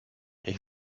ich